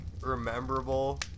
rememberable